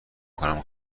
کنم